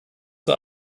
zur